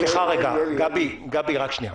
סליחה, גבי, רק שניה.